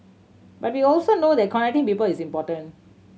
but we also know that connecting people is important